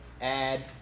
add